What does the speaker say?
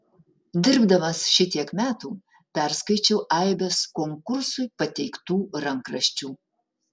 dirbdamas šitiek metų perskaičiau aibes konkursui pateiktų rankraščių